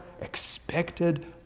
expected